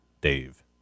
Dave